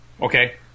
Okay